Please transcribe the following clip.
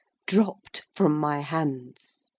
dropped from my hands.